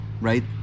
right